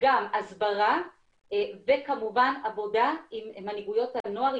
גם הסברה וכמובן עבודה עם מנהיגויות הנוער,